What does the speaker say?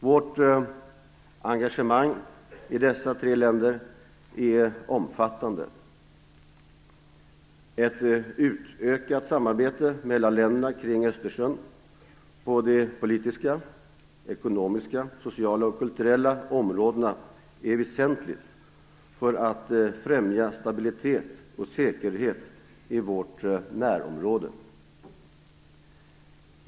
Vårt engagemang i dessa tre länder är omfattande. Ett utökat samarbete mellan länderna kring Östersjön på de politiska, ekonomiska, sociala och kulturella områdena är väsentligt för att främja stabilitet och säkerhet i vårt närområde.